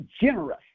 generous